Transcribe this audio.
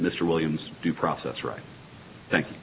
mr williams due process rights thank you